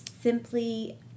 simply